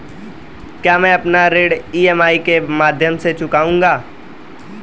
क्या मैं अपना ऋण ई.एम.आई के माध्यम से चुकाऊंगा?